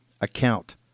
account